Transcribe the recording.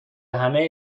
همه